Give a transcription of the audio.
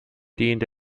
diente